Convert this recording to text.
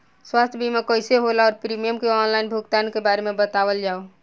स्वास्थ्य बीमा कइसे होला और प्रीमियम के आनलाइन भुगतान के बारे में बतावल जाव?